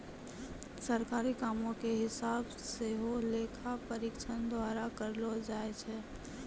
सरकारी कामो के हिसाब सेहो लेखा परीक्षक द्वारा करलो जाय छै